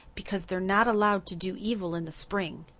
because they are not allowed to do evil in the spring.